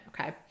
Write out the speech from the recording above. Okay